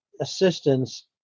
assistance